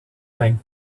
thing